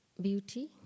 beauty